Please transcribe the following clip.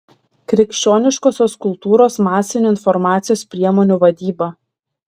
krikščioniškosios kultūros masinių informacijos priemonių vadyba